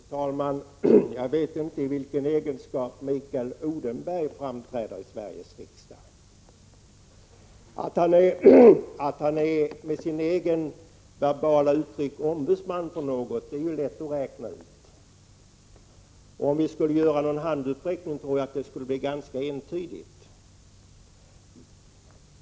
Fru talman! Jag vet inte i vilken egenskap Mikael Odenberg framträder i Sveriges riksdag. Att han är — med sitt eget verbala uttryck — ”ombudsman” för något är lätt att räkna ut. Om vi skulle göra en handuppräckning tror jag resultatet skulle bli ganska entydigt.